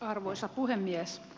arvoisa puhemies